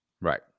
Right